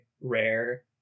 rare